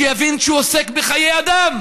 שיבין שהוא עוסק בחיי אדם,